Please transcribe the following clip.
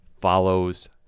follows